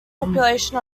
population